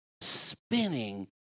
spinning